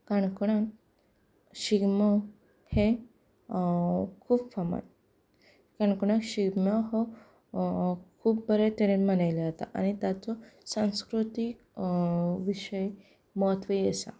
काणकोणांत शिगमो हो खूब फामाद काणकोणांत शिगमो हो हो खूब बरे तरेन मनयलो जाता आनी तातूंत सांस्कृतीक विशय म्हत्वय आसा